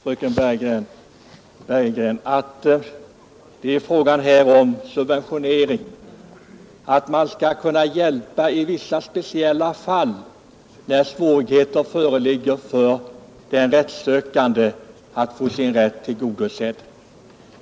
Herr talman! Jag är medveten om, fröken Bergegren, att det här är fråga om subventionering, om att man skall kunna hjälpa i vissa speciella fall när svårigheter föreligger för den rättshjälpssökande att få sin rätt tillgodosedd.